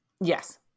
Yes